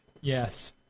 Yes